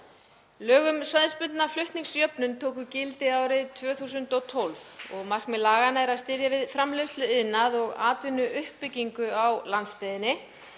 Lög um svæðisbundna flutningsjöfnun tóku gildi árið 2012. Markmið laganna er að styðja við framleiðsluiðnað og atvinnuuppbyggingu á landsbyggðinni